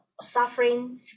suffering